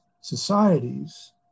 societies